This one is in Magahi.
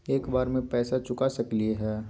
एक बार में पैसा चुका सकालिए है?